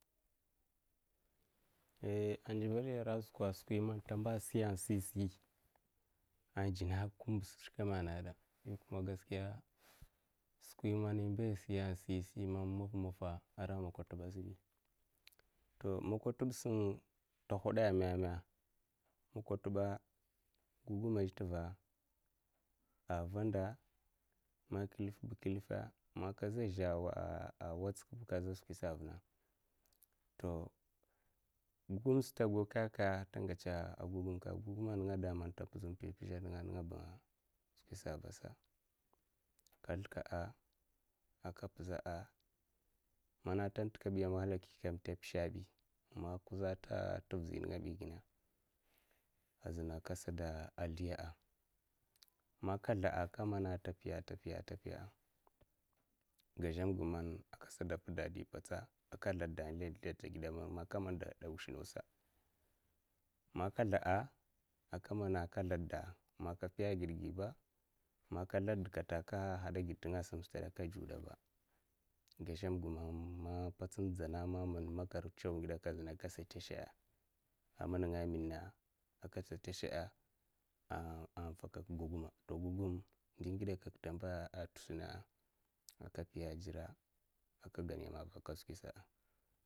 ndivelya ra skwa'a, skwi man tamba siya'a, sisi a jinahaka kumbsa skwame a nagada a man gaskiya skwi mana imba siya'a, sisi ara makwatuba a zhbi makwatubsin ta hoda meme makwatuba gugumma a zha t'va'a a vanda ma keifba klifa maka zhezha a watsak kaza skwisa a vina to gugum sa. ta gosa kuke a ta ngatsa'a, guguma man daman ta pizh pizha ningaba skwisa vasa ka sldaka'a ka pizha'a, mana tanta kabi a man a ghaliki ta pisha'a. bi man kuza azha tivizi ningabigina a zina a kasada sldiya'a, maka slda'a. a zina a ka mana'a tapiya tapiya'a. gaha ga man kapiya a, dipatsa a gida man a ka sldatsda sldatda dispatsa a, gida man ka sldatsda a wushnosa man ka slda'a, a ka mana a ka sldatda maka fiya a gidgiba man ka sldatkata a ka hada a gidninga a simsta gazamga man ma patsa inzana man men makar tsaw ngi dekekka a kesha tasha'a. a ma ninga'a, a kasa tasha'a a fakak gugumma to gugum ndi ndingidakekka tamba tashina'a, kapiya a jira a kan yamava a ka tushina.